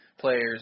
players